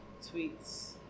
Tweets